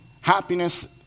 Happiness